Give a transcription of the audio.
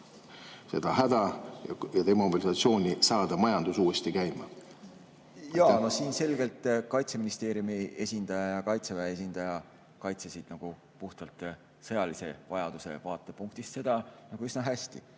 seda häda ja demobilisatsiooni saada majandus uuesti käima. Jaa. Siin selgelt Kaitseministeeriumi esindaja ja Kaitseväe esindaja kaitsesid puhtalt sõjalise vajaduse vaatepunktist seda üsna hästi,